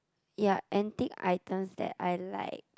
ya antique items that I like